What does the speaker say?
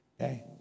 Okay